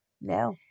No